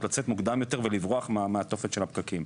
לצאת מוקדם יותר ולברוח מהתופת של הפקקים.